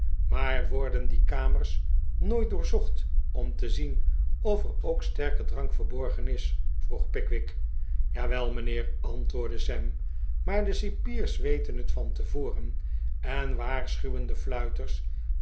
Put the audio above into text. maar worden die kamers nooit doorzocht om te zien of er ook sterke drank verborgen is vroeg pickwick jawel mijnheer antwoordde sam maar de cipiers weten het van tevoren en waarschuwen de fruiters